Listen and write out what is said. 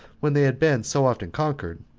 when they had been so often conquered,